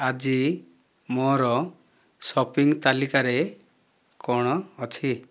ଆଜି ମୋର ସପିଂ ତାଲିକାରେ କ'ଣ ଅଛି